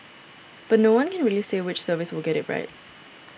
but no one can really say which service will get it right